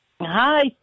Hi